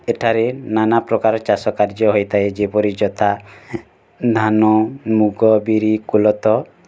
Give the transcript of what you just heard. ଏଠାରେ ନାନା ପ୍ରକାର ଚାଷ କାର୍ଯ୍ୟ ହେଇଥାଏ ଯେପରି ଯଥା ଧାନ ମୁଗ ବିରି କୋଳଥ